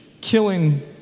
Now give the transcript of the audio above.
killing